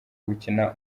gukina